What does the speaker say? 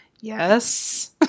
Yes